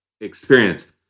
experience